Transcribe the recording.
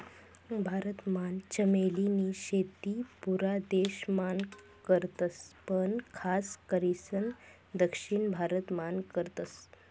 भारत मान चमेली नी शेती पुरा देश मान करतस पण खास करीसन दक्षिण भारत मान करतस